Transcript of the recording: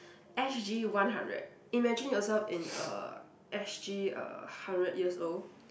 S_G one hundred imagine yourself in uh S_G uh hundred years old